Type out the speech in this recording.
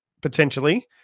potentially